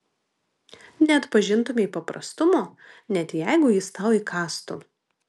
neatpažintumei paprastumo net jeigu jis tau įkąstų